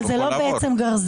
אבל זה לא בעצם גרזן.